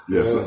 Yes